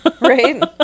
right